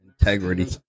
Integrity